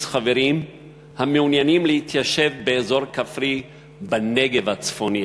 חברים המעוניינים להתיישב באזור כפרי בנגב הצפוני,